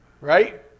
right